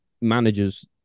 managers